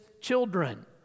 children